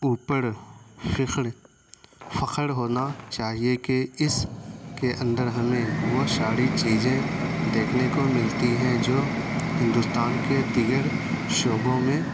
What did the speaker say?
اپر فخر فخر ہونا چاہیے کہ اس کے اندر ہمیں وہ ساری چیزیں دیکھنے کو ملتی ہیں جو ہندوستان کے دیگر شعبوں میں